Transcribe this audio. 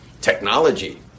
technology